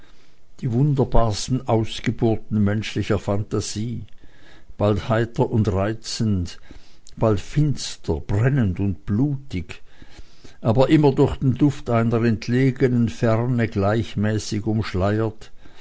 die wunderbarsten ausgeburten menschlicher phantasie bald heiter und reizend bald finster brennend und blutig aber immer durch den duft einer entlegenen ferne gleichmäßig umschleiert